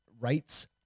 rights